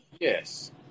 Yes